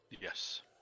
Yes